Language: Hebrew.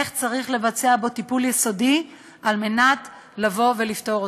איך צריך לבצע בו טיפול יסודי על מנת לבוא ולפתור אותו.